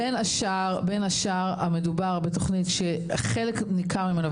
בין השאר המדובר בתוכנית שחלק ממנה זה